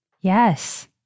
Yes